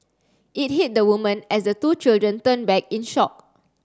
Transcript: it hit the woman as the two children turned back in shock